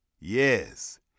Yes